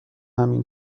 همین